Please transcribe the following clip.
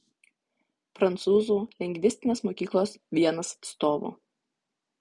prancūzų lingvistinės mokyklos vienas atstovų